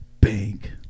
bank